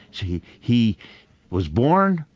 see, he was born,